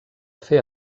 fer